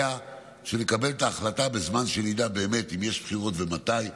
היה שנקבל את ההחלטה בזמן שנדע באמת אם יש בחירות ומתי,